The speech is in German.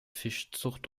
fischzucht